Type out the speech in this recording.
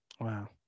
wow